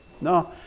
No